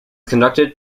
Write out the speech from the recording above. conducted